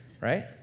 Right